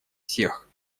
всех